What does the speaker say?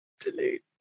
delete